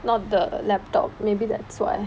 not the laptop maybe that's why